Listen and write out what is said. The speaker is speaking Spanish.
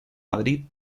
madrid